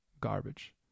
garbage